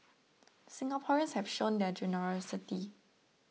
Singaporeans have shown their generosity